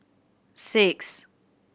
six